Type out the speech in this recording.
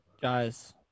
Guys